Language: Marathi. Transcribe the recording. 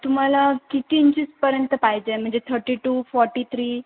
तुम्हाला किती इंचीसपर्यंत पाहिजे म्हणजे थर्टी टू फॉर्टी थ्री